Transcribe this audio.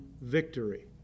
victory